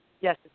Yes